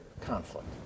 conflict